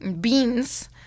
beans